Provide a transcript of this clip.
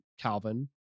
Calvin